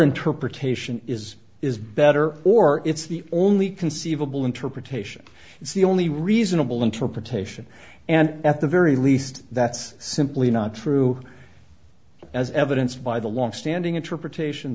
interpretation is is better or it's the only conceivable interpretation it's the only reasonable interpretation and at the very least that's simply not true as evidenced by the long standing interpretation